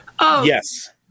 Yes